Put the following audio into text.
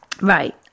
right